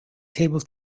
table